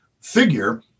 figure